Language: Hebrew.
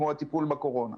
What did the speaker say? כמו הטיפול בקורונה.